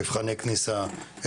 מבחני כניסה,